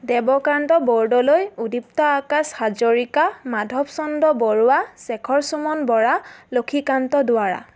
Dev Kanta Bordoloi Udipta Akash Hazarika Madhav Chandra Barua Shekharchuman Bora Lakhikanta Duwara